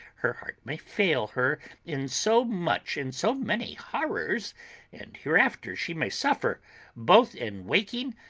her heart may fail her in so much and so many horrors and hereafter she may suffer both in waking,